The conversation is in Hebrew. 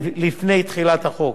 לפני תחילת החוק.